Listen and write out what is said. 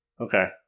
okay